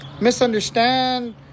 misunderstand